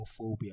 homophobia